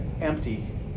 empty